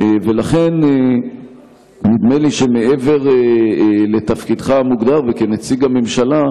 ראיתי שיש פה רווח, וניצלתי את נדיבות היושב-ראש.